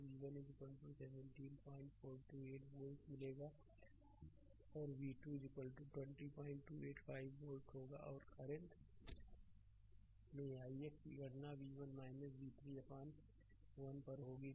तो v1 17428 volt मिलेगा और v220285 वोल्ट होगा और करंट में अब ix की गणना v1 v3 अपान 1 पर होगी